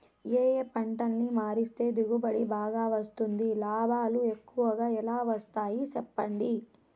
ఏ ఏ పంటలని మారిస్తే దిగుబడి బాగా వస్తుంది, లాభాలు ఎక్కువగా ఎలా వస్తాయి సెప్పండి